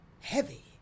heavy